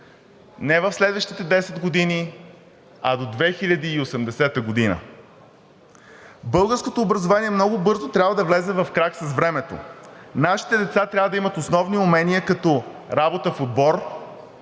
не в следващите десет години, а до 2080 г. Българското образование много бързо трябва да влезе в крак с времето. Нашите деца трябва да имат основни умения, като: работа в отбор,